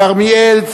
כרמיאל,